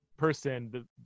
person